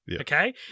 Okay